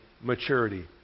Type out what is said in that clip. maturity